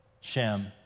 Shem